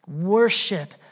Worship